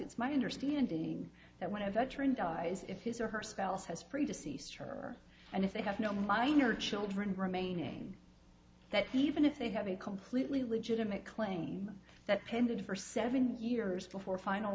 it's my understanding that when a veteran dies if his or her spouse has pretty deceased her and if they have no minor children remaining that even if they have a completely legitimate claim that tended for seven years before final